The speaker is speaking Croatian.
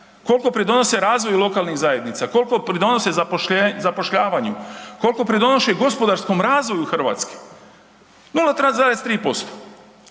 koliko pridonose razvoju lokalnih zajednica, koliko pridonose zapošljavanju, koliko pridonose gospodarskom razvoju Hrvatske? 0,3%